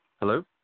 Hello